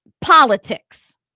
politics